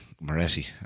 Moretti